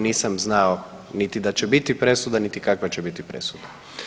Nisam znao niti da će biti presuda niti kakva će biti presuda.